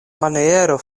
maniero